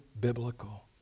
biblical